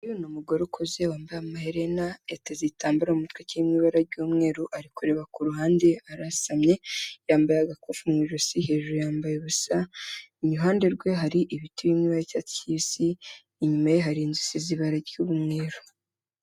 Uyu ni umugore ukuze wambaye amaherena yateze igitambaro mu mutwe kirimo ibara ry'umweru, ari kureba ku ruhande, arasamye, yambaye agakufi mu ijosi, hejuru yambaye ubusa, iruhande rwe hari ibiti biri mu ibara ry'icyatsi kisi, inyumaye hari inzu isize ibara ry'umweruru.